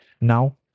now